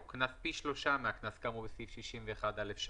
או קנס פי שלושה מהקנס כאמור לפי סעיף 61(א)(3),